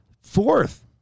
Fourth